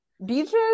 Beaches